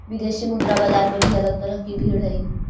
विदेशी मुद्रा बाजार में भी अलग तरह की भीड़ हई